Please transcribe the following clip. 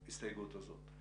ההסתייגות הזאת.